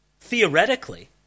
theoretically